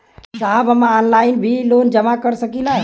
साहब हम ऑनलाइन भी लोन जमा कर सकीला?